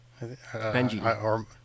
Benji